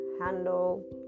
handle